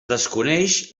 desconeix